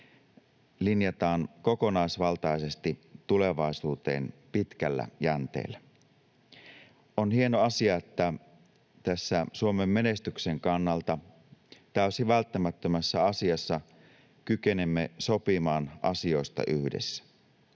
linjataan kokonaisvaltaisesti tulevaisuuteen pitkällä jänteellä. On hieno asia, että tässä Suomen menestyksen kannalta täysin välttämättömässä asiassa kykenemme sopimaan asioista yhdessä.